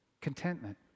Contentment